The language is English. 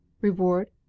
reward